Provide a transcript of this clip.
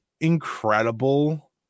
incredible